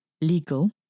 legal